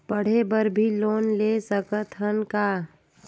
पढ़े बर भी लोन ले सकत हन का?